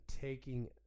taking